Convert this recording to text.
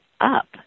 up